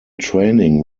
training